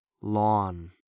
lawn